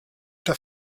der